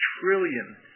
trillion